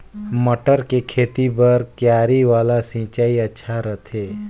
मटर के खेती बर क्यारी वाला सिंचाई अच्छा रथे?